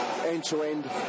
end-to-end